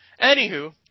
Anywho